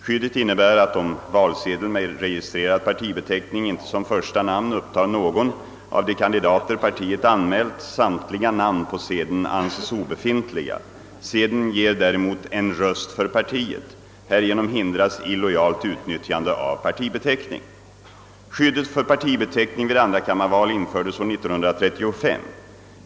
Skyddet innebär att, om valsedel med registrerad partibeteckning inte som första namn upptar någon av de kandidater partiet anmält, samtliga namn på sedeln anses obefintliga. Sedeln ger däremot en röst för partiet. Härigenom hindras illojalt utnyttjande av partibeteckning. Skyddet för partibeteckning vid andrakammarval infördes år 1935.